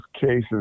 cases